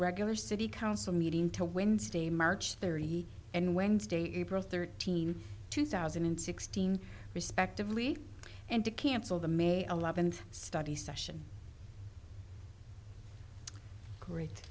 regular city council meeting to wednesday march thirty and wednesday april thirteenth two thousand and sixteen respectively and to cancel the may eleventh study session great